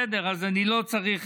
בסדר, אז אני לא צריך